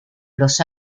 los